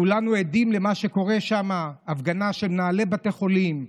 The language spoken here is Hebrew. כולנו עדים למה שקורה, הפגנה של מנהלי בתי החולים,